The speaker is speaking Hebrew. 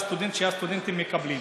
הסטודנט, שהסטודנטים מקבלים.